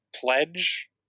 pledge